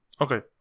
Okay